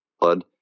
blood